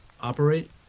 operate